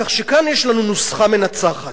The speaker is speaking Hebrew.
כך שיש לנו כאן נוסחה מנצחת: